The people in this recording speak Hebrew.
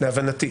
להבנתי.